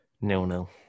nil-nil